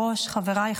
סדר-היום,